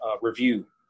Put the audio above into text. review